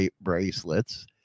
bracelets